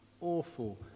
awful